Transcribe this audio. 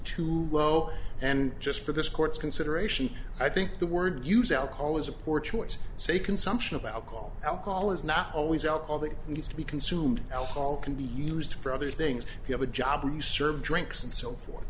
too low and just for this court's consideration i think the word use alcohol is a poor choice say consumption of alcohol alcohol is not always out all that needs to be consumed alcohol can be used for other things you have a job you serve drinks and so forth